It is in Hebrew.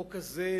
החוק הזה,